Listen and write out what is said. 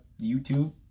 YouTube